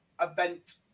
event